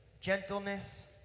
gentleness